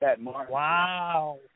Wow